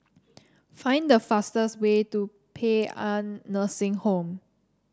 find the fastest way to Paean Nursing Home